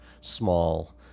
small